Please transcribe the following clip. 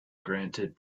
granted